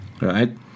right